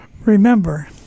remember